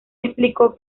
explicó